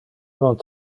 non